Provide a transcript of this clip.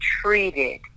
treated